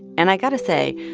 and i got to say,